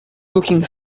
looking